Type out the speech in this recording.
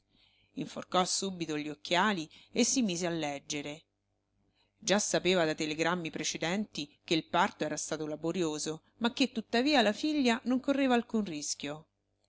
inforcò subito gli occhiali e si mise a leggere già sapeva da telegrammi precedenti che il parto era stato laborioso ma che tuttavia la figlia non correva alcun rischio